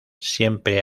siempre